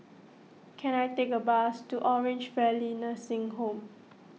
can I take a bus to Orange Valley Nursing Home